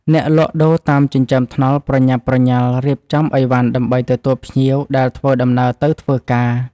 អ្នកលក់ដូរតាមចិញ្ចើមថ្នល់ប្រញាប់ប្រញាល់រៀបចំឥវ៉ាន់ដើម្បីទទួលភ្ញៀវដែលធ្វើដំណើរទៅធ្វើការ។